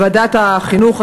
ועדת החינוך,